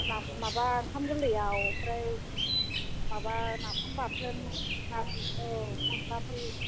ना माबा ओंखाम गोरलैयाव ओमफ्राय माबा नाफाम बाथोन औ अनलाफोर औ